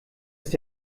ist